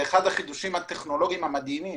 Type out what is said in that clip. אחד החידושים הטכנולוגיים המדהימים.